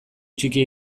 txiki